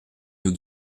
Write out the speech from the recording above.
nous